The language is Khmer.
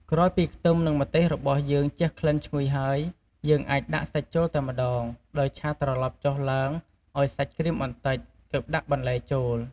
ក្រោយពីខ្ទឹម និងម្ទេសរបស់យើងជះក្លិនឈ្ងុយហើយ យើងអាចដាក់សាច់ចូលតែម្ដង ដោយឆាត្រឡប់ចុះឡើងឱ្យសាច់ក្រៀមបន្តិច ទើបដាក់បន្លែចូល។